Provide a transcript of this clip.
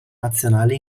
nazionale